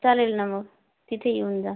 चालेल ना मग तिथे येऊन जा